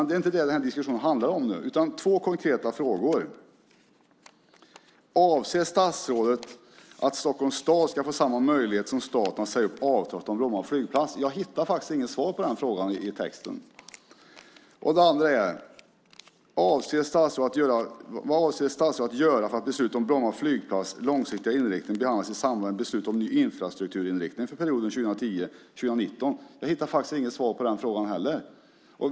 Det är inte det den här diskussionen handlar om, utan två konkreta frågor. Den första är: Anser statsrådet att Stockholms stad ska få samma möjlighet som staten att säga upp avtalet om Bromma flygplats? Jag hittar inget svar på den frågan i texten. Den andra frågan är: Vad avser statsrådet att göra för att beslutet om Bromma flygplats långsiktiga inriktning behandlas i samband med beslutet om ny infrastrukturinriktning för perioden 2010-2019? Jag hittar inget svar på den frågan heller.